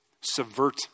subvert